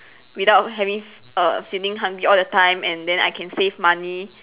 without having err feeling hungry all the time and then I can save money